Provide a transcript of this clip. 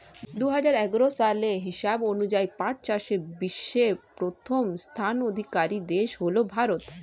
দুহাজার এগারো সালের হিসাব অনুযায়ী পাট চাষে বিশ্বে প্রথম স্থানাধিকারী দেশ হল ভারত